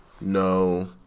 no